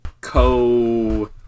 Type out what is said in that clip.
co